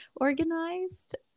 organized